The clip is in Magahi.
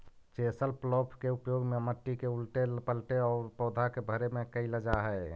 चेसल प्लॉफ् के उपयोग मट्टी के उलऽटे पलऽटे औउर पौधा के भरे में कईल जा हई